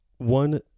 One